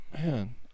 Man